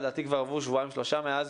לדעתי כבר עברו שבועיים-שלושה מאז,